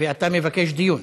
ואתה מבקש דיון.